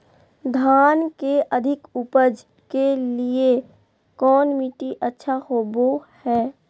धान के अधिक उपज के लिऐ कौन मट्टी अच्छा होबो है?